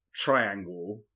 triangle